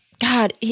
God